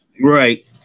Right